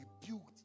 rebuked